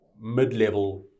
mid-level